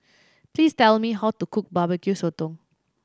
please tell me how to cook Barbecue Sotong